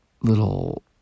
little